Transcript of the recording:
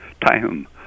time